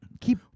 keep